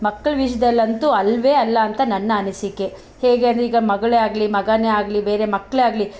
ಮಕ್ಳ ವಿಷಯದಲ್ಲಂತೂ ಅಲ್ವೇ ಅಲ್ಲ ಅಂತ ನನ್ನ ಅನಿಸಿಕೆ ಹೇಗೆ ಅಂದ್ರೆ ಈಗ ಮಗಳೇ ಆಗಲಿ ಮಗನೇ ಆಗಲಿ ಬೇರೆ ಮಕ್ಳೇ ಆಗಲಿ